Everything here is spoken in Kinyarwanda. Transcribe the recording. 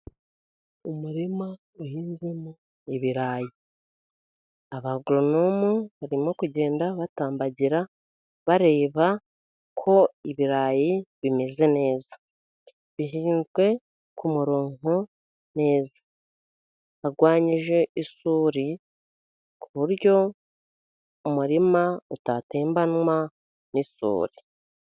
Umurima uhinzemo ibirayi, abagoronomu barimo kugenda batambagira bareba ko ibirayi bimeze neza, bihinzwe ku murongo neza, barwanyije isuri, ku buryo umurima utatembanwa n'isuri.